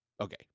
okay